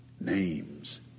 names